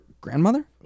grandmother